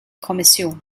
kommission